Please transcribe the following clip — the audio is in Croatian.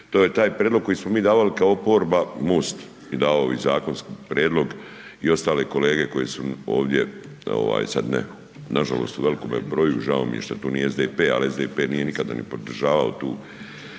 to je taj prijedlog koji smo mi davali kao oporba, MOST je davao ovi zakonski prijedlog i ostale kolege koji su ovdje, sad ne nažalost u velikome broju i žao mi je što tu nije SDP, ali SDP nije nikada ni podržavao tu